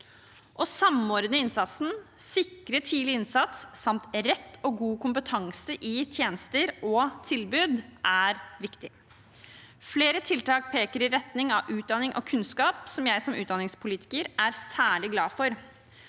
Å samordne innsatsen, sikre tidlig innsats samt rett og god kompetanse i tjenester og tilbud er viktig. Flere tiltak peker i retning av utdanning og kunnskap, som jeg som utdanningspolitiker er særlig glad for.